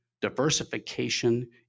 Diversification